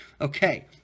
Okay